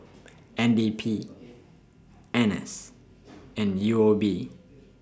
N D P N S and U O B